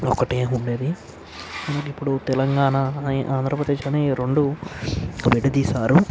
ఒకటే ఉండేది ఇంక ఇప్పుడు తెలంగాణ అని ఆంధ్రప్రదేశ్ అని రెండు విడదీశారు